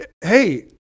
hey